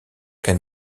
qu’un